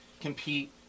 compete